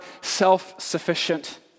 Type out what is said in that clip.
self-sufficient